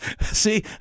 See